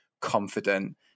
confident